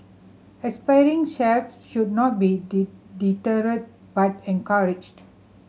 aspiring chefs should not be deterred but encouraged